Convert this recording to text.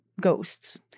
ghosts